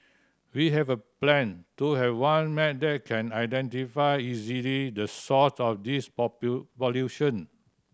we have a plan to have one map that can identify easily the source of this